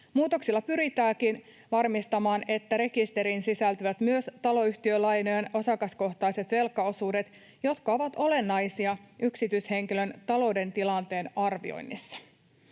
Muutoksilla pyritäänkin varmistamaan, että rekisteriin sisältyvät myös taloyhtiölainojen osakaskohtaiset velkaosuudet, jotka ovat olennaisia yksityishenkilön talouden tilanteen arvioinnissa.